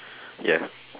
ya